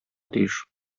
тиеш